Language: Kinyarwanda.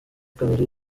kabiri